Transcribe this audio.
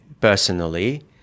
personally